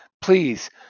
please